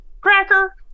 cracker